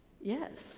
Yes